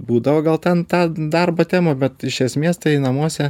būdavo gal ten ta darbo tema bet iš esmės tai namuose